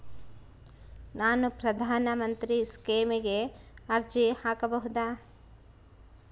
ನಾನು ಪ್ರಧಾನ ಮಂತ್ರಿ ಸ್ಕೇಮಿಗೆ ಅರ್ಜಿ ಹಾಕಬಹುದಾ?